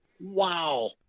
wow